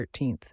13th